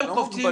זה לא מוגבלות?